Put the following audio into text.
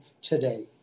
today